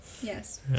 yes